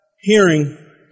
hearing